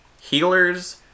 healers